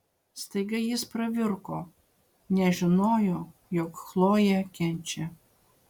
staiga jis pravirko nes žinojo jog chlojė kenčia